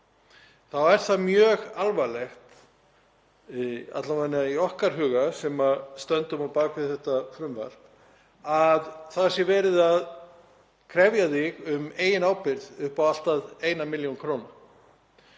þá er það mjög alvarlegt, alla vega í okkar huga sem stöndum á bak við þetta frumvarp, að það sé verið að krefja þig um eigin ábyrgð upp á allt að 1 millj. kr.